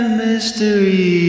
mystery